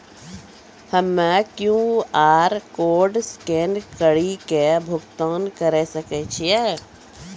हम्मय QR code scan कड़ी के भुगतान करें सकय छियै?